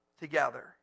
together